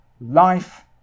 life